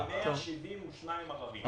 המעסיק יכול להגיש בקשה לעיון חוזר בשירות התעסוקה.